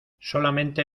solamente